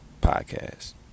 Podcast